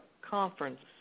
conference